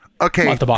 okay